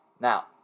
Now